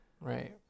right